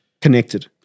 connected